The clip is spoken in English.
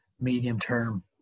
medium-term